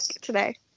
today